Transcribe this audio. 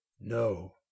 no